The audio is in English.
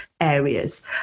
areas